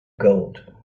gold